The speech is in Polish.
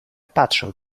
patrzę